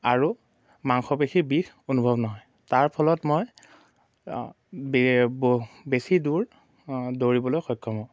আৰু মাংসপেশীৰ বিষ অনুভৱ নহয় তাৰ ফলত মই বে বেছি দূৰ দৌৰিবলৈ সক্ষম হওঁ